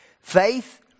Faith